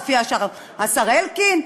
הופיע השר אלקין,